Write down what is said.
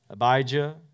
Abijah